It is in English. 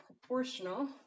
proportional